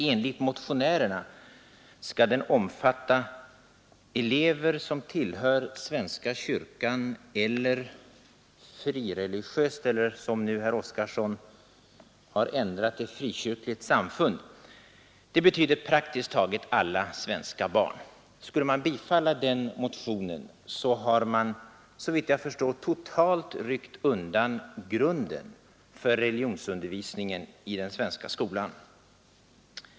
Enligt motionärerna skall den omfatta elever som tillhör svenska kyrkan eller frireligiöst — eller, som herr Oskarson nu ändrade det till, frikyrkligt — samfund. Det betyder praktiskt taget alla svenska barn. Skulle man bifalla den motionen har man såvitt jag förstår totalt ryckt undan grunden för religionsundervisningen i den svenska skolan.